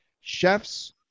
chefs